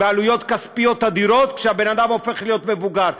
והעלויות הכספיות אדירות כשהבן אדם הופך להיות מבוגר,